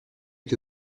que